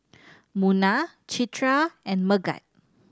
Munah Citra and Megat